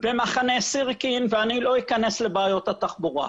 במחנה סירקין, ואני לא אכנס לבעיות התחבורה,